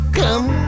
come